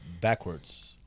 backwards